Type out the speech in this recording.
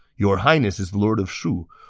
your highness is the lord of shu,